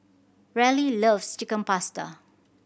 Raleigh loves Chicken Pasta